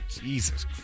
Jesus